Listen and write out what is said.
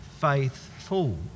faithful